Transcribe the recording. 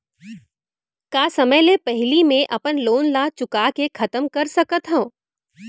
का समय ले पहिली में अपन लोन ला चुका के खतम कर सकत हव?